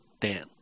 Dan